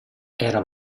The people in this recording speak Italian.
era